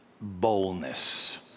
boldness